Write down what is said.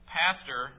pastor